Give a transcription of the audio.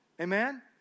Amen